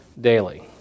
daily